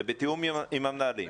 זה בתיאום עם המנהלים?